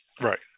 Right